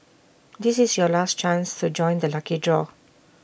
this is your last chance to join the lucky draw